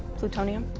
plutonium.